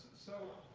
so,